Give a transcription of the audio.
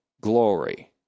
glory